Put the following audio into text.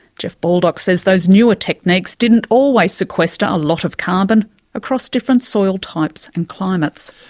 jeff baldock says those newer techniques didn't always sequester a lot of carbon across different soil types and climates.